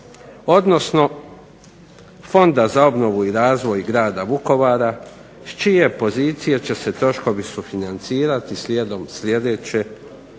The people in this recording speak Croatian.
odnosno Fonda za obnovu i razvoj Grada Vukovara s čije pozicije će se troškovi sufinancirati slijedom sljedeće